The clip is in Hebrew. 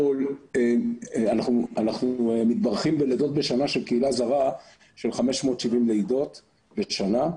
אנחנו מתברכים בלידות בשנה של לידה זרה של 570 לידות בשנה,